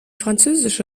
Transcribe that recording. französische